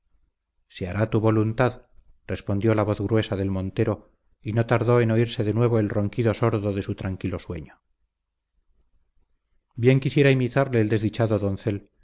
se hará tu voluntad respondió la voz gruesa del montero y no tardó en oírse de nuevo el ronquido sordo de su tranquilo sueño bien quisiera imitarle el desdichado doncel